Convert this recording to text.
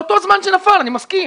לאותו זמן שנפל, אני מסכים.